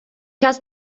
час